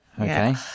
okay